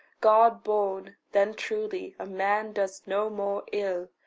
god-born then truly, a man does no more ill,